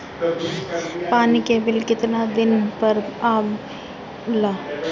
पानी के बिल केतना दिन पर आबे ला?